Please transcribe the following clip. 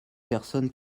personnes